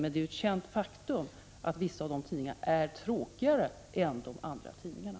Men det är ju ett känt faktum att vissa av dessa tidningar är tråkigare än de andra tidningarna.